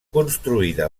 construïda